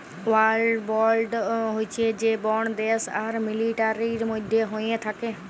war bond হচ্যে সে bond দ্যাশ আর মিলিটারির মধ্যে হ্য়েয় থাক্যে